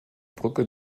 brücke